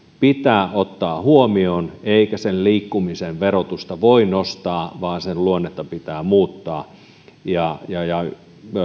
pitää ottaa huomioon eikä liikkumisen verotusta voi nostaa vaan sen luonnetta pitää muuttaa ja ja